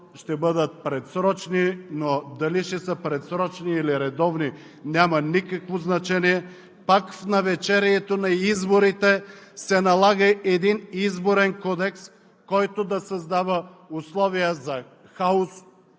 ще бъдат предсрочни, но дали ще са предсрочни или редовни, няма никакво значение. Пак в навечерието на изборите се налага един Изборен кодекс, който да създава условия за хаос